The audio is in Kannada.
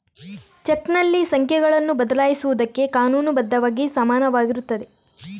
ಚೆಕ್ನಲ್ಲಿ ಸಂಖ್ಯೆಗಳನ್ನು ಬದಲಾಯಿಸುವುದಕ್ಕೆ ಕಾನೂನು ಬದ್ಧವಾಗಿ ಸಮಾನವಾಗಿರುತ್ತದೆ